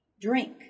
drink